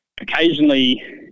occasionally